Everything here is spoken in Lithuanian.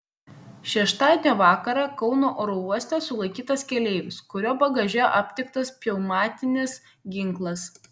šeštadienio vakarą kauno oro uoste sulaikytas keleivis kurio bagaže aptiktas pneumatinis ginklas